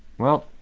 well,